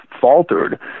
faltered